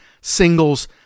singles